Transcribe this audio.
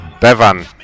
Bevan